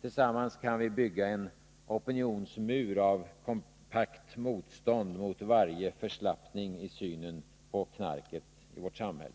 Tillsammans kan vi bygga en opinionsmur av kompakt motstånd mot varje förslappning i synen på knarket i vårt samhälle.